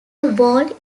whole